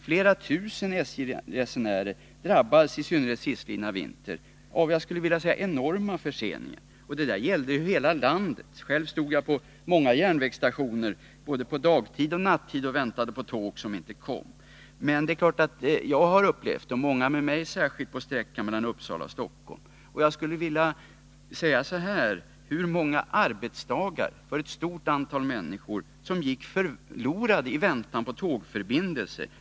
Flera tusen SJ-resenärer drabbades i synnerhet sistlidna vinter av enorma förseningar. Det gällde över hela landet. Själv har jag både under dagtid och under nattid stått på många olika järnvägsstationer och väntat på tåg som inte kommit. Men för mig har naturligtvis problemen varit mest besvärande när det gäller sträckan Uppsala-Stockholm. Man kan mot den bakgrunden också fråga sig hur många arbetsdagar som gick förlorade genom att så många människor fick stå på stationerna i väntan på en försenad tågförbindelse.